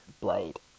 blade